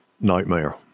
nightmare